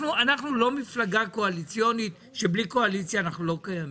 אנחנו לא מפלגה קואליציונית שבלי קואליציה אנחנו לא קיימים.